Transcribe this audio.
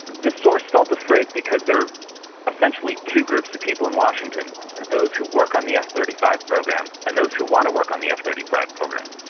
the source felt afraid because there are essentially two groups of people in washington those who work on the f thirty five program and those who want to work on the f thirty five program.